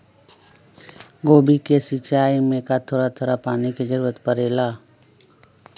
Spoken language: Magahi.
गोभी के सिचाई में का थोड़ा थोड़ा पानी के जरूरत परे ला?